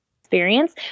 experience